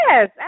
yes